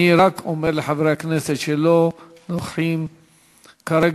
אני רק אומר לחברי הכנסת שלא נוכחים כרגע